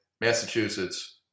Massachusetts